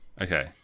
okay